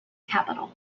capital